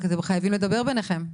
רק שאתם חייבים לדבר ביניכם.